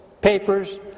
papers